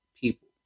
people